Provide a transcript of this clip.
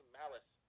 malice